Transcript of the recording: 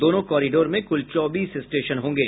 दोनों कॉरिडोर में कुल चौबीस स्टेशन होंगे